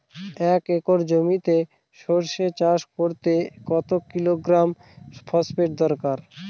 এক একর জমিতে সরষে চাষ করতে কত কিলোগ্রাম ফসফেট দরকার?